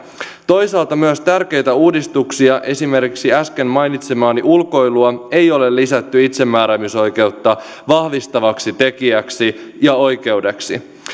toisaalta myös tärkeitä uudistuksia esimerkiksi äsken mainitsemaani ulkoilua ei ole lisätty itsemääräämisoikeutta vahvistavaksi tekijäksi ja oikeudeksi